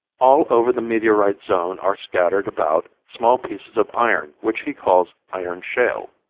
all over the meteorite zone are scattered about small pieces of iron which he calls iron shale.